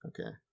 Okay